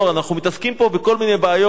אנחנו מתעסקים פה בכל מיני בעיות